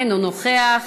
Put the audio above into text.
אינו נוכח.